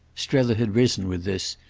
strether had risen with this,